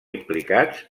implicats